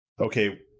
okay